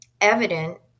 evident